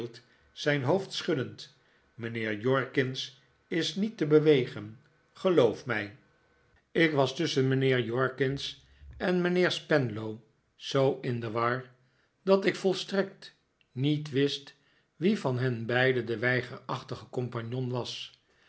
zijn hoofd schuddend mijnheer jorkins is niet te bewegen geloof mij ik was tusschen mijnheer jorkins en mijnheer spenlow zoo in de war dat ik volstrekt niet wist wie van hen beiden de weigerachtige compagnon was